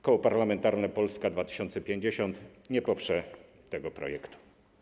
Koło Parlamentarne Polska 2050 nie poprze tego projektu.